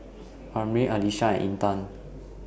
Amrin Alyssa and Intan